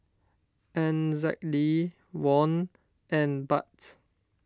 N Z D Won and Baht